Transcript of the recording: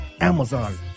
Amazon